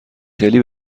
خیلی